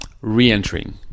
re-entering